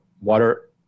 water